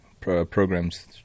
programs